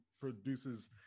produces